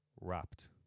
Wrapped